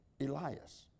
Elias